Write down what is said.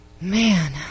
Man